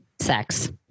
Sex